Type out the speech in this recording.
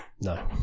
No